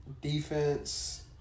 defense